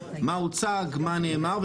מה הוצג ומה נאמר,